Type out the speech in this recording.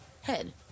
head